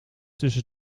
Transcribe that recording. tussen